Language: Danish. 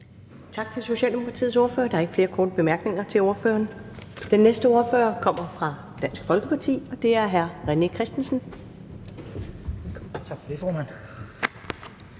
Tak til Socialdemokratiets ordfører. Der er ikke flere korte bemærkninger til ordføreren. Den næste ordfører kommer fra Dansk Folkeparti, og det er hr. René Christensen.